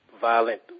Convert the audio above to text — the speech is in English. violent